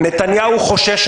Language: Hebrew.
נתניהו חושש,